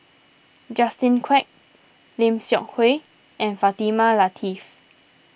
Justin Quek Lim Seok Hui and Fatimah Lateef